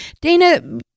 Dana